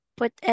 put